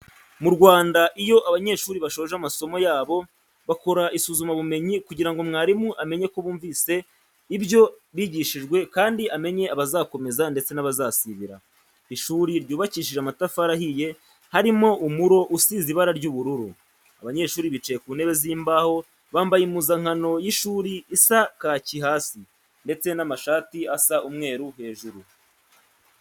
Mu Rwanda iyo abanyeshuri bashoje amasomo yabo bakora isuzuma bumenyi kugira ngo mwarimu amenye ko bumvise ibyo bigishijwe kandi amenye abazakomeza ndetse n'abazasibira. Ishuri ryubakishije amatafari ahiye, harimo umuro usize ibara ry'ubururu. Abanyeshuri bicaye ku ntebe z'imbaho, bambaye impuzankano y'sihuri isa kacyi hasi, ndetse n'amashati asa umweru hejuru.